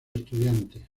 estudiante